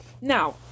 Now